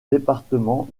département